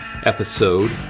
Episode